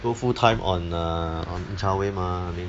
go full time on uh on chao wei mah then